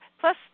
Plus